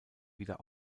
wieder